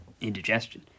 indigestion